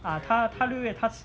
err 他他六月他